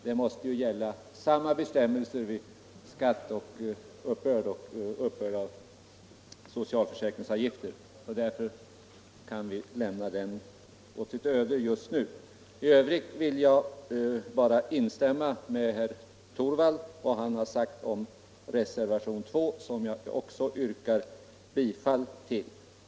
Det måste ju gälla samma bestämmelser i skatteuppbörd och uppbörd av socialförsäkringsavgifter. Därför kan vi lämna den reservationen åt sitt öde just nu. I övrigt vill jag bara instämma i vad herr Torwald här anfört om reservationen 2, som även jag yrkar bifall till.